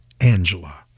Angela